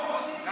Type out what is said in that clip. לא.